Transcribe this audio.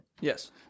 Yes